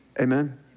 Amen